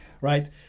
Right